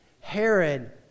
Herod